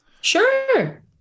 Sure